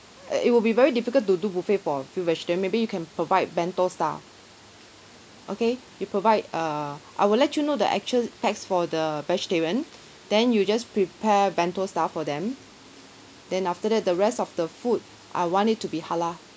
uh it will be very difficult to do buffet for a few vegetarian maybe you can provide bento style okay you provide err I will let you know the actual pax for the vegetarian then you just prepare bento style for them then after that the rest of the food I want it to be halal